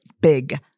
big